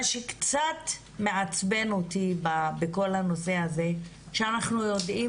מה שקצת מעצבן אותי בכל הנושא הזה הוא שאנחנו יודעים